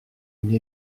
une